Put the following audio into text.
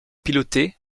pilotée